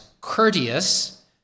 courteous